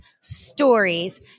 stories